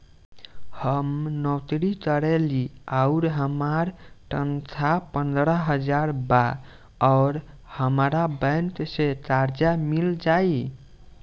हम नौकरी करेनी आउर हमार तनख़ाह पंद्रह हज़ार बा और हमरा बैंक से कर्जा मिल जायी?